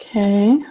Okay